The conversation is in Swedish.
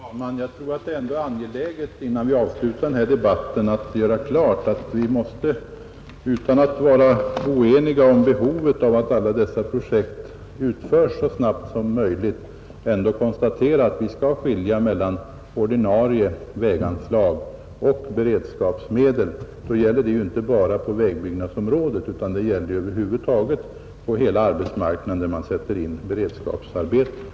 Herr talman! Jag tror att det är angeläget att innan vi avslutar denna debatt göra klart att vi, utan att vara oeniga om behovet av att alla dessa projekt utförs så snabbt som möjligt, ändå måste konstatera att man bör skilja mellan ordinarie väganslag och beredskapsmedel. Detta gäller inte bara på vägbyggnadsområdet, utan det gäller över huvud taget på hela arbetsmarknaden där man sätter in beredskapsarbeten.